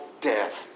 death